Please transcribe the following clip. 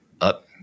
up